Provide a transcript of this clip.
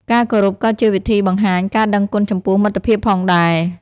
ការគោរពក៏ជាវិធីបង្ហាញការដឹងគុណចំពោះមិត្តភាពផងដែរ។